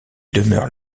demeurent